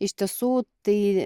iš tiesų tai